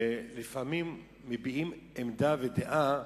לפעמים מביעים עמדה ודעה,